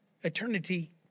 eternity